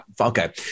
Okay